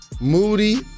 Moody